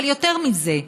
אבל יותר מזה,